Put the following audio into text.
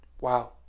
wow